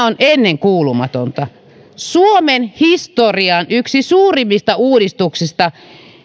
on ennenkuulumatonta suomen historian yksi suurimmista uudistuksista